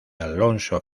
alonso